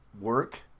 work